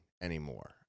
anymore